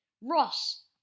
Ross